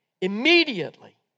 Immediately